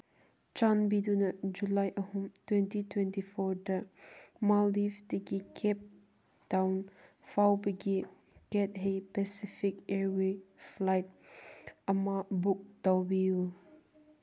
ꯆꯥꯟꯕꯤꯗꯨꯅ ꯖꯨꯂꯥꯏ ꯑꯍꯨꯝ ꯇ꯭ꯋꯦꯟꯇꯤ ꯇ꯭ꯋꯦꯟꯇꯤ ꯐꯣꯔꯗ ꯃꯥꯜꯗꯤꯞꯁꯇꯒꯤ ꯀꯦꯞ ꯇꯥꯎꯟ ꯐꯥꯎꯕꯒꯤ ꯀꯦꯠꯍꯦ ꯄꯦꯁꯤꯐꯤꯛ ꯏꯌꯔꯋꯦꯁ ꯐ꯭ꯂꯥꯏꯠ ꯑꯃ ꯕꯨꯛ ꯇꯧꯕꯤꯌꯨ